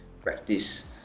practice